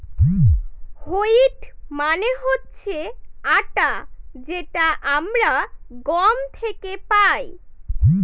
wheat মানে হচ্ছে আটা যেটা আমরা গম থেকে পাই